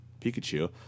Pikachu